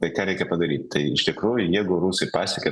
tai ką reikia padaryt tai iš tikrųjų jeigu rusai pasiekė